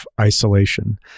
isolation